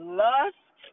lust